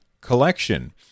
Collection